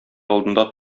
алдында